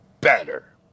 better